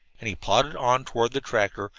and he plodded on toward the tractor,